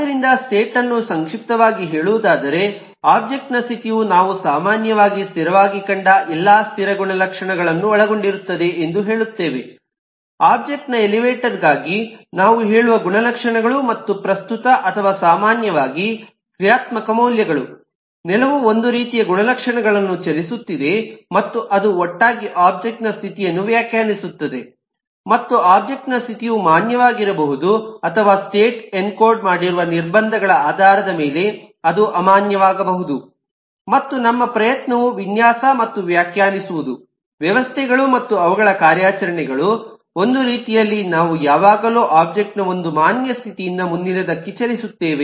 ಆದ್ದರಿಂದ ಸ್ಟೇಟ್ ಅನ್ನು ಸಂಕ್ಷಿಪ್ತವಾಗಿ ಹೇಳುವುದಾದರೆ ಒಬ್ಜೆಕ್ಟ್ ನ ಸ್ಥಿತಿಯು ನಾವು ಸಾಮಾನ್ಯವಾಗಿ ಸ್ಥಿರವಾಗಿ ಕಂಡ ಎಲ್ಲಾ ಸ್ಥಿರ ಗುಣಲಕ್ಷಣಗಳನ್ನು ಒಳಗೊಂಡಿರುತ್ತದೆ ಎಂದು ಹೇಳುತ್ತೇವೆ ಒಬ್ಜೆಕ್ಟ್ ನ ಎಲಿವೇಟರ್ ಗಾಗಿ ನಾವು ಹೇಳುವ ಗುಣಲಕ್ಷಣಗಳು ಮತ್ತು ಪ್ರಸ್ತುತ ಅಥವಾ ಸಾಮಾನ್ಯವಾಗಿ ಕ್ರಿಯಾತ್ಮಕ ಮೌಲ್ಯಗಳು ನೆಲವು ಒಂದು ರೀತಿಯ ಗುಣಲಕ್ಷಣಗಳನ್ನು ಚಲಿಸುತ್ತಿದೆ ಮತ್ತು ಅದು ಒಟ್ಟಾಗಿ ಒಬ್ಜೆಕ್ಟ್ ನ ಸ್ಥಿತಿಯನ್ನು ವ್ಯಾಖ್ಯಾನಿಸುತ್ತದೆ ಮತ್ತು ಒಬ್ಜೆಕ್ಟ್ ನ ಸ್ಥಿತಿಯು ಮಾನ್ಯವಾಗಿರಬಹುದು ಅಥವಾ ಸ್ಟೇಟ್ ಎನ್ಕೋಡ್ ಮಾಡಿರುವ ನಿರ್ಬಂಧಗಳ ಆಧಾರದ ಮೇಲೆ ಅದು ಅಮಾನ್ಯವಾಗಬಹುದು ಮತ್ತು ನಮ್ಮ ಪ್ರಯತ್ನವು ವಿನ್ಯಾಸ ಮತ್ತು ವ್ಯಾಖ್ಯಾನಿಸುವುದು ವ್ಯವಸ್ಥೆಗಳು ಮತ್ತು ಅವುಗಳ ಕಾರ್ಯಾಚರಣೆಗಳು ಒಂದು ರೀತಿಯಲ್ಲಿ ನಾವು ಯಾವಾಗಲೂ ಒಬ್ಜೆಕ್ಟ್ ನ ಒಂದು ಮಾನ್ಯ ಸ್ಥಿತಿಯಿಂದ ಮುಂದಿನದಕ್ಕೆ ಚಲಿಸುತ್ತೇವೆ